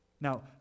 Now